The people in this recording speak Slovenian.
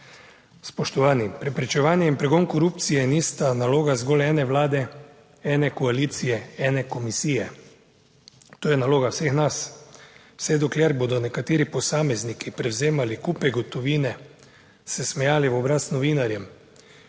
Spoštovani! Preprečevanje in pregon korupcije nista naloga zgolj ene vlade, ene koalicije, ene komisije, to je naloga vseh nas. Vse dokler bodo nekateri posamezniki prevzemali kupe gotovine, se smejali v obraz novinarjem,